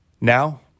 Now